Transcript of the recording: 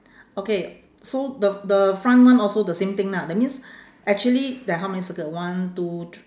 okay so the the front one also the same thing lah that means actually there how many circle one two thr~